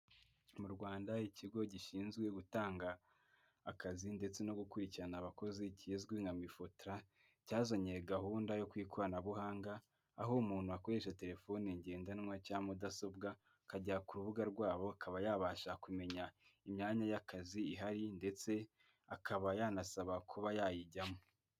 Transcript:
M'u Rwanda ikigo gishinzwe gutanga akazi ndetse no gukurikirana abakozi kizwi nka mifotra, cyazanye gahunda yo ku ikoranabuhanga aho umuntu akoresha telefone ngendanwa cya mudasobwa, akajya ku rubuga rwabo akaba yabasha kumenya imyanya y'akazi ihari ndetse akaba yanasaba kuba yayijyamo.